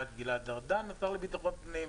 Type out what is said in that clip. גלעד ארדן היה השר לביטחון פנים,